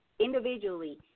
individually